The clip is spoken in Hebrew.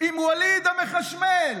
עם ווליד המחשמל,